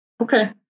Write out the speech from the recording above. Okay